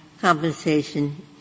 compensation